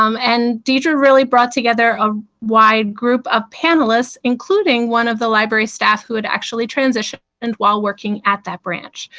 um and deirdre brought together a wide group of panelists including one of the library staff who had actually transitions and while working at that branch.